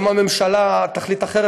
אם הממשלה תחליט אחרת,